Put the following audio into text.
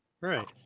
right